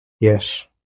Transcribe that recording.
yes